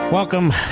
Welcome